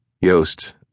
Yost